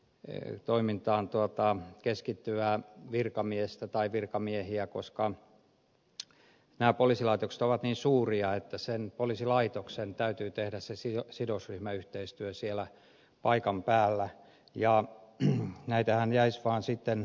eyn toimintaan yhteistyötoimintaan keskittyvää virkamiestä tai virkamiehiä koska poliisilaitokset ovat niin suuria että poliisilaitoksen täytyy tehdä se sidosryhmäyhteistyö siellä paikan päällä ja näitähän jäisi vaan sitten muutama